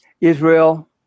Israel